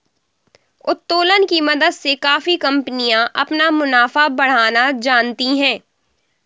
उत्तोलन की मदद से काफी कंपनियां अपना मुनाफा बढ़ाना जानती हैं